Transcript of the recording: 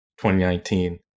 2019